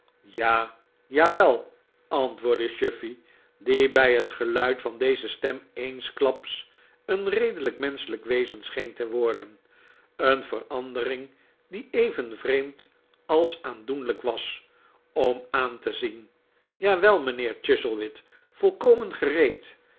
ja jawel antwoordde chuffey die bij het geluid van deze stem eensklaps een redelijk menschelijk wezen scheen te worden een verandering die even vreemd als aandoenlijk was om aan te zien jawel mijnheer chuzzlewit volkomen gereed